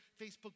Facebook